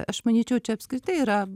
aš manyčiau čia apskritai yra